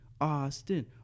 Austin